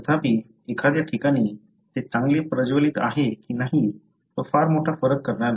तथापि एखाद्या ठिकाणी ते चांगले प्रज्वलित आहे की नाही तो फार मोठा फरक करणार नाही